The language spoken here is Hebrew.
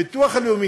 הביטוח הלאומי,